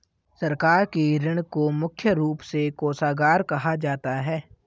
सरकार के ऋण को मुख्य रूप से कोषागार कहा जाता है